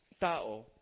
tao